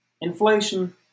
Inflation